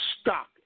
Stop